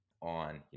on